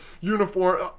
uniform